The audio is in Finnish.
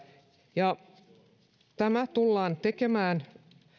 tämä tullaan tekemään